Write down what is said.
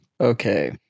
Okay